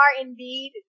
indeed